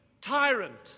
tyrant